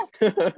Yes